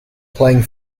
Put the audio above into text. playing